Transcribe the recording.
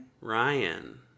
Ryan